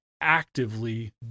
actively